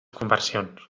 conversions